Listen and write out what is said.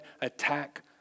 attack